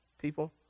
people